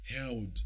held